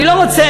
אני לא רוצה,